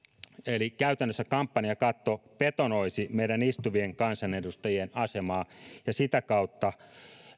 eli käytännössä kampanjakatto betonoisi meidän istuvien kansanedustajien asemaa ja sitä kautta